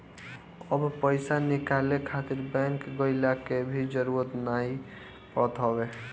अब पईसा निकाले खातिर बैंक गइला के भी जरुरत नाइ पड़त हवे